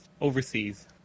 overseas